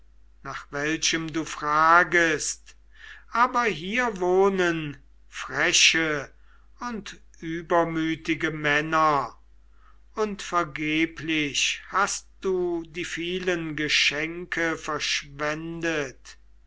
nach welchem du fragest aber hier wohnen freche und übermütige männer und vergeblich hast du die vielen geschenke verschwendet